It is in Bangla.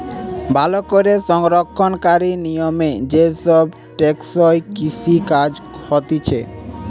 ভালো করে সংরক্ষণকারী নিয়মে যে সব টেকসই কৃষি কাজ হতিছে